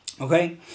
Okay